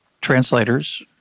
translators